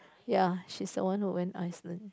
ya she's the one who went Iceland